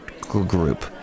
Group